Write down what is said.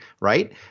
right